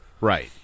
right